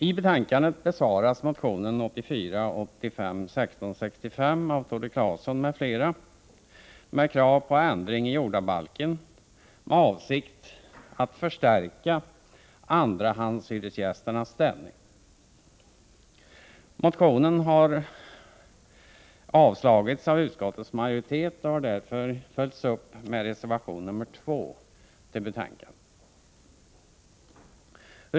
I betänkandet bemöts motionen 1984/85:1665 av Tore Claeson m.fl. med krav på ändring i jordabalken med avsikt att förstärka andrahandshyresgästers ställning. Motionen har avstyrkts av utskottets majoritet och har därför följts upp med reservation nr 2 till betänkandet.